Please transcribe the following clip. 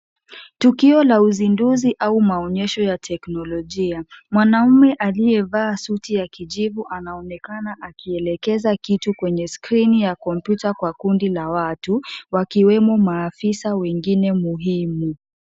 Tukio la uzinduzi au maonyesho ya teknolojia. Mwanaume aliyevaa suti ya kijivu anaonekana akielekeza kitu kwenye skrini ya kompyuta kwa kundi la watu wakiwemo maafisa wengine muhimu.